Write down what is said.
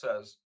says